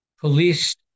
Police